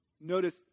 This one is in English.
Notice